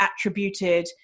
attributed